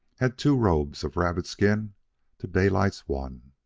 had two robes of rabbit skin to daylight's one.